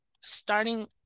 starting